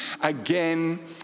again